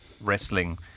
wrestling